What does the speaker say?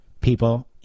people